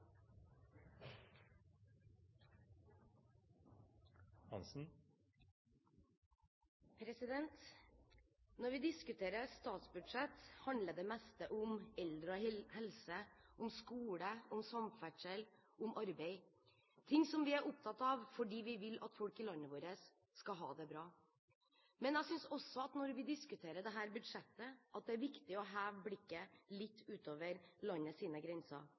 bedre. Når vi diskuterer statsbudsjett, handler det meste om eldre og helse, om skole, om samferdsel, om arbeid – ting som vi er opptatt av fordi vi vil at folk i landet vårt skal ha det bra. Men jeg synes også, når vi diskuterer dette budsjettet, at det er viktig å rette blikket litt utover landets grenser.